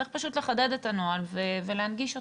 צריך פשוט לחדד את הנוהל ולהנגיש אותו.